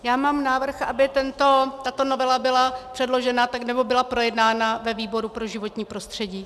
Já mám návrh, aby tato novela byla předložena nebo byla projednána ve výboru pro životní prostředí.